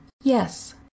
yes